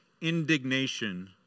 indignation